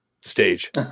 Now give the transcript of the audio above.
stage